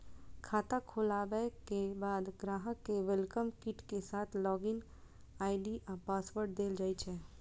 खाता खोलाबे के बाद ग्राहक कें वेलकम किट के साथ लॉग इन आई.डी आ पासवर्ड देल जाइ छै